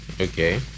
Okay